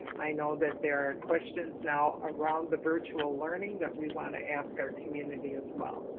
i know that there are questions now around the virtual learning that we want to ask our community as well,